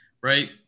Right